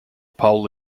pole